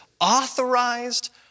authorized